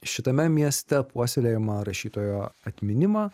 šitame mieste puoselėjamą rašytojo atminimą